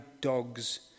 dogs